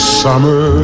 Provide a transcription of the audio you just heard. summer